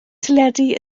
teledu